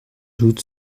doute